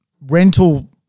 rental